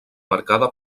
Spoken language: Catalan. marcada